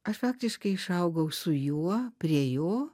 aš faktiškai išaugau su juo prie jo